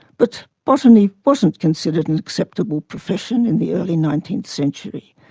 but botany wasn't considered an acceptable profession in the early nineteenth century,